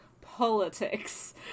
Politics